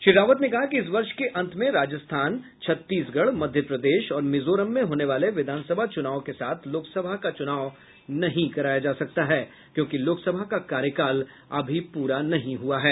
श्री रावत ने कहा कि इस वर्ष के अंत में राजस्थान छत्तीसगढ़ मध्य प्रदेश और मिजोरम में होने वाले विधानसभा चुनाव के साथ लोकसभा का चुनाव नहीं कराया जा सकता है क्योंकि लोकसभा का कार्यकाल अभी पूरा नहीं हुआ है